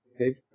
Okay